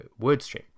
WordStream